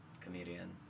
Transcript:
comedian